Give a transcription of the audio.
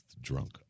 drunk